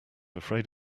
afraid